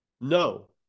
No